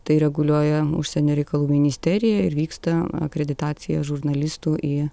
tai reguliuoja užsienio reikalų ministerija ir vyksta akreditacija žurnalistų į